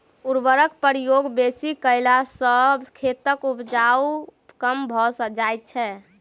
उर्वरकक प्रयोग बेसी कयला सॅ खेतक उपजाउपन कम भ जाइत छै